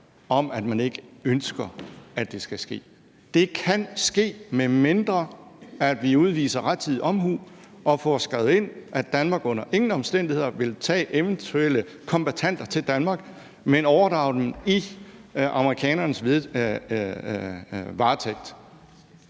om, at man ikke ønsker, at det skal ske. Det kan ske, medmindre vi udviser rettidig omhu og får skrevet ind, at Danmark under ingen omstændigheder vil tage eventuelle kombattanter til Danmark, men at vi vil overdrage dem i amerikanernes varetægt.